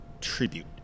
tribute